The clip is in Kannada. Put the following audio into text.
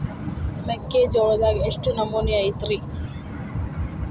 ಮೆಕ್ಕಿಜೋಳದಾಗ ಎಷ್ಟು ನಮೂನಿ ಐತ್ರೇ?